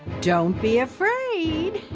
don't be afraid.